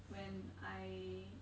when I